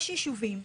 יש יישובים,